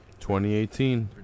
2018